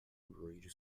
ridge